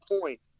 point